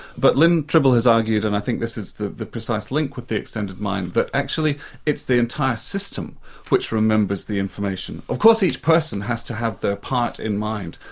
but lyn tribble has argued, and i think this is the the precise link with the extended mind, that actually it's the entire system which remembers the information. of course each person has to have their part in mind,